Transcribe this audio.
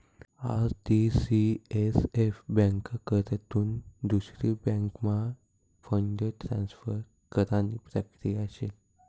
RTCSF ब्यांककडथून दुसरी बँकम्हा फंड ट्रान्सफर करानी प्रक्रिया शे